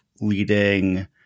leading